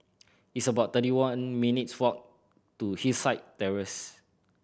it's about thirty one minutes' walk to Hillside Terrace